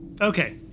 Okay